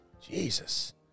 Jesus